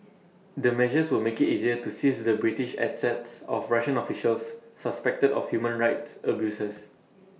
the measures would make IT easier to seize the British assets of Russian officials suspected of human rights abuses